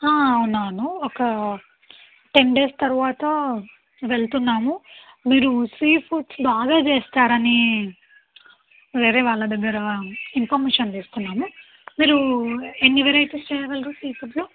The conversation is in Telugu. అవునవును ఒక టెన్ డేస్ తరువాత వెళ్తున్నాము మీరు సీఫుడ్స్ బాగా చేస్తారని వేరే వాళ్ళ దగ్గర ఇన్ఫర్మేషన్ తీసుకున్నాను మీరు ఎన్ని వెరైటీస్ చేయగలరు సీఫుడ్లో